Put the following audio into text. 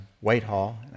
Whitehall